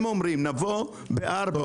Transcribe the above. הם אומרים: נבוא בארבע,